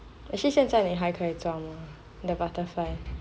actually 现在你还可以做吗你的 butterfly